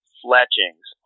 fletchings